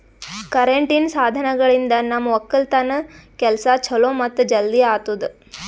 ಕರೆಂಟಿನ್ ಸಾಧನಗಳಿಂದ್ ನಮ್ ಒಕ್ಕಲತನ್ ಕೆಲಸಾ ಛಲೋ ಮತ್ತ ಜಲ್ದಿ ಆತುದಾ